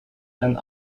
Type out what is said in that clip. and